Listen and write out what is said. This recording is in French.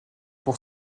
pour